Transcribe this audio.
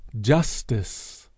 justice